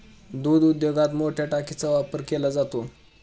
दूध उद्योगात मोठया टाकीचा वापर केला जातो